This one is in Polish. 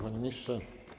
Panie Ministrze!